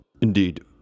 indeed